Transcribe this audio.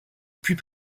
puis